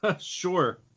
Sure